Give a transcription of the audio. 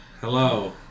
Hello